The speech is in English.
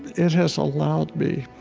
it has allowed me,